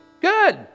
Good